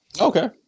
Okay